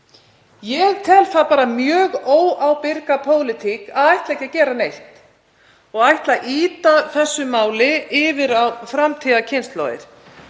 Ég tel það bara mjög óábyrga pólitík að ætla ekki að gera neitt og ætla að ýta þessu máli yfir á framtíðarkynslóðir.